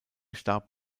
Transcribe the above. starb